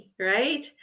right